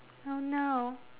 oh no